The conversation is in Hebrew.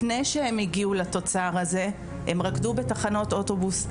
לפני שהם הגיעו לתוצר הזה הם רקדו בתחנות אוטובוס,